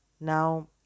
Now